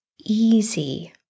easy